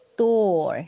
door